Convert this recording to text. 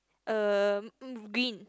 uh green